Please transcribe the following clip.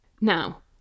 Now